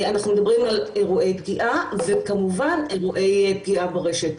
אנחנו מדברים על אירועי פגיעה וכמובן אירועי פגיעה ברשת,